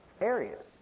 areas